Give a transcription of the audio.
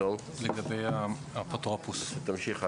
תמשיך הלאה,